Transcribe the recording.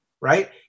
right